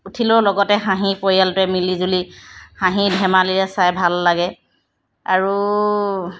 উঠিলেও লগতে হাঁহি পৰিয়ালটোৱে মিলিজুলি হাঁহি ধেমালিৰে চাই ভাল লাগে আৰু